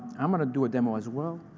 i'm going to do a demo as well.